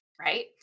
right